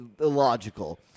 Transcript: illogical